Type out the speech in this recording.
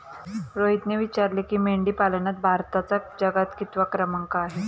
रोहितने विचारले की, मेंढीपालनात भारताचा जगात कितवा क्रमांक आहे?